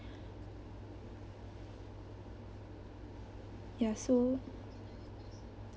ya so